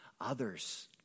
others